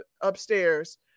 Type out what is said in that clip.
upstairs